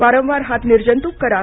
वारंवार हात निर्जंतुक करा